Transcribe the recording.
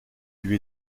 lui